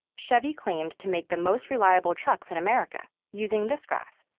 chevy claimed to make the most reliable trucks in america using this graph.